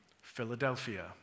Philadelphia